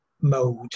mode